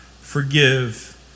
forgive